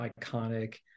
iconic